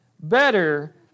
better